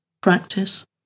practice